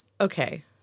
Okay